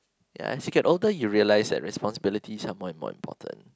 ya as you get older you'll realise that responsibilities are more and more important